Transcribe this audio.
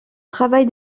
travail